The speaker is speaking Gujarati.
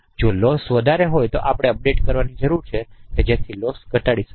જો લોસ વધારે હોય તો આપણે અપડેટ કરવાની જરૂર છે જેથી લોસ ઘટાડી શકાય